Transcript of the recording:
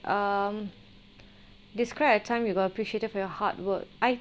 um describe your time you got appreciated for your hard work I